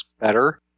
better